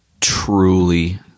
truly